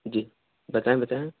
جی بتائیں بتائیں